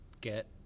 get –